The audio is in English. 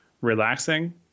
relaxing